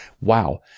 Wow